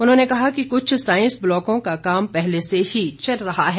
उन्होंने कहा कि कुछ सांइस ब्लॉकों का काम पहले से ही चल रहा है